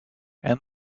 and